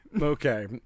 Okay